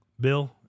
Bill